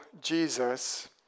Jesus